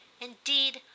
Indeed